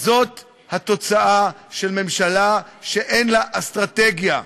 זאת התוצאה של ממשלה שאין לה אסטרטגיה.